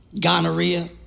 gonorrhea